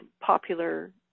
popular